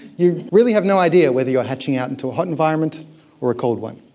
you really have no idea whether you are hatching out into a hot environment or a cold one.